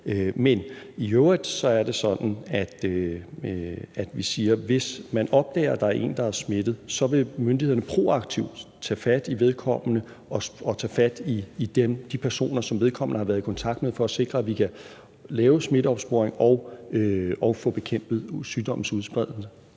Men i øvrigt er det sådan, at vi siger, at hvis man opdager, at der er en, der er smittet, vil myndighederne handle proaktivt og tage fat i vedkommende og tage fat i de personer, som vedkommende har været i kontakt med, for at sikre, at vi kan lave smitteopsporing og få bekæmpet sygdommens spredning.